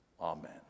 Amen